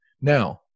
Now